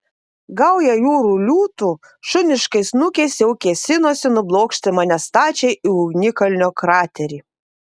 gauja jūrų liūtų šuniškais snukiais jau kėsinosi nublokšti mane stačiai į ugnikalnio kraterį